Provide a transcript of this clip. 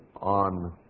on